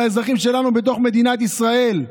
לאזרחים שלנו בתוך מדינת ישראל.